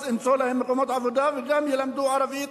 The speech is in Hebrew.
אז ימצאו להם מקומות עבודה, וגם ילמדו ערבית,